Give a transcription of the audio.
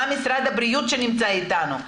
גם משרד הבריאות שנמצא איתנו,